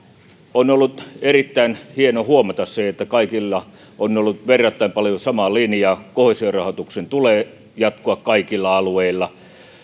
on ollut erittäin hienoa huomata se että kaikilla on ollut verrattain paljon sama linja koheesiorahoituksen tulee jatkua kaikilla alueilla